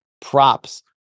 props